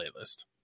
playlist